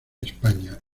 españa